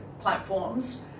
platforms